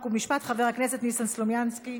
חוק ומשפט חבר הכנסת ניסן סלומינסקי.